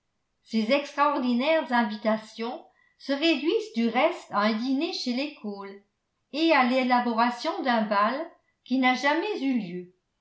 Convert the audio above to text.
ces extraordinaires invitations se réduisent du reste à un dîner chez les cole et à l'élaboration d'un bal qui n'a jamais eu lieu